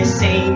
say